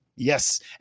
Yes